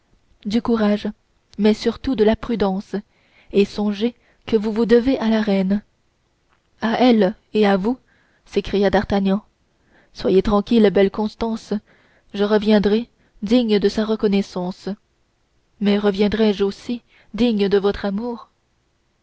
du courage mais surtout de la prudence et songez que vous vous devez à la reine à elle et à vous s'écria d'artagnan soyez tranquille belle constance je reviendrai digne de sa reconnaissance mais reviendrai-je aussi digne de votre amour